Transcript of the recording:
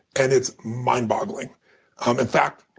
and it's mind-boggling. um in fact,